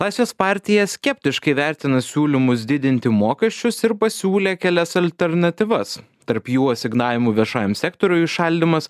laisvės partija skeptiškai vertina siūlymus didinti mokesčius ir pasiūlė kelias alternatyvas tarp jų asignavimų viešajam sektoriui įšaldymas